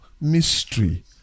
mystery